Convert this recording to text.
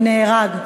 הוא נהרג.